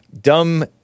Dumb